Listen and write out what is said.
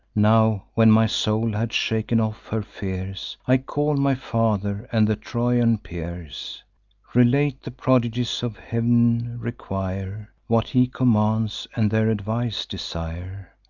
now, when my soul had shaken off her fears, i call my father and the trojan peers relate the prodigies of heav'n, require what he commands, and their advice desire.